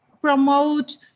promote